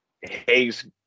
Hayes